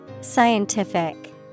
Scientific